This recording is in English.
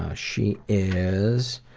ah she is